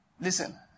Listen